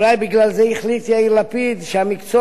ואולי בגלל זה החליט יאיר לפיד שמקצוע